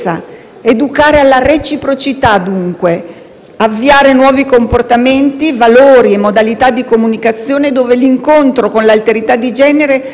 avviare nuovi comportamenti, valori e modalità di comunicazione, dove l'incontro con l'alterità di genere si ponga come luogo del noi, dove